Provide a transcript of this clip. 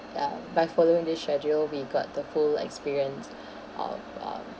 uh by following the schedule we got the full experience of um